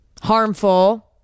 harmful